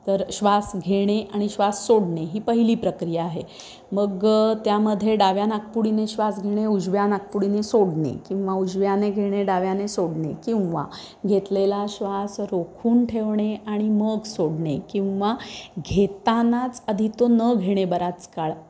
तर श्वास घेणे आणि श्वास सोडणे ही पहिली प्रक्रिया आहे मग त्यामध्ये डाव्या नाकपुडीने श्वास घेणे उजव्या नाकपुडीने सोडणे किंवा उजव्याने घेणे डाव्याने सोडणे किंवा घेतलेला श्वास रोखून ठेवणे आणि मग सोडणे किंवा घेतानाच आधी तो न घेणे बराच काळ